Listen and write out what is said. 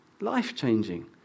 Life-changing